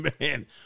man